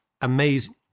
amazing